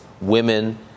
women